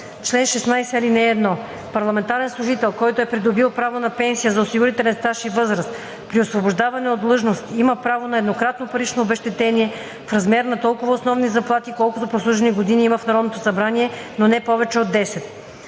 Чл. 16. (1) Парламентарен служител, който е придобил право на пенсия за осигурителен стаж и възраст, при освобождаване от длъжност има право на еднократно парично обезщетение в размер на толкова основни заплати, колкото прослужени години има в Народното събрание, но не повече от 10.